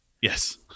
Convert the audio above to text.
Yes